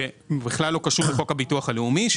שלא קשור לחוק הביטוח הלאומי.